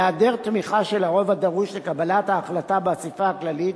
בהיעדר תמיכה של הרוב הדרוש לקבלת ההחלטה באספה הכללית